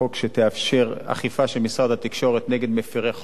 חוק שתאפשר אכיפה של משרד התקשורת נגד מפירי חוק.